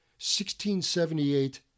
1678